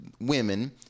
women